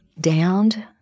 downed